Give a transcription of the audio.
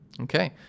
Okay